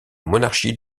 monarchie